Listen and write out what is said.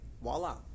Voila